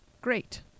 Great